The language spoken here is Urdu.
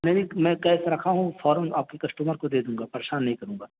نہیں نہیں میں کیس رکھا ہوں فوراً آپ کے کشٹومر کو دے دوں گا پریشان نہیں کروں گا